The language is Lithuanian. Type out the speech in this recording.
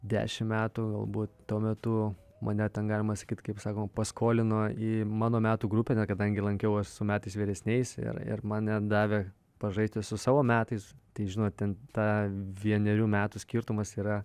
dešimt metų galbūt tuo metu mane ten galima sakyt kaip sakoma paskolino į mano metų grupę na kadangi lankiau su metais vyresniais ir ir mane davė pažaisti su savo metais tai žinot ten tą vienerių metų skirtumas yra